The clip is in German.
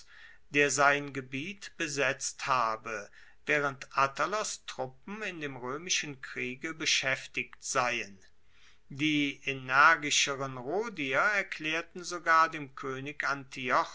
der sein gebiet besetzt habe waehrend attalos truppen in dem roemischen kriege beschaeftigt seien die energischeren rhodier erklaerten sogar dem koenig